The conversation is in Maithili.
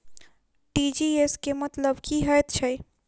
टी.जी.एस केँ मतलब की हएत छै?